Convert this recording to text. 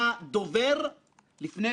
כל מילה שנאמרה כאן